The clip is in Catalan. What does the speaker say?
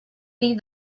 dir